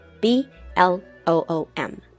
B-L-O-O-M